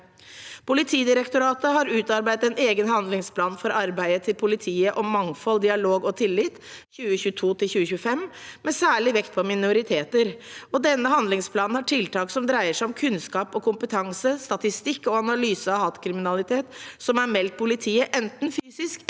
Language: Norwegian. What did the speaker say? Politidirektoratet har utarbeidet en egen handlingsplan for arbeidet til politiet – Mangfold, dialog og tillit 2022–2025 – med særlig vekt på minoriteter. Denne handlingsplanen har tiltak som dreier seg om kunnskap og kompetanse, statistikk og analyse av hatkriminalitet som er meldt politiet, enten fysisk